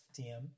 TM